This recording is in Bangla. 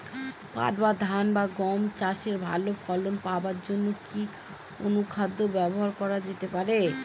পাট বা ধান বা গম চাষে ভালো ফলন পাবার জন কি অনুখাদ্য ব্যবহার করা যেতে পারে?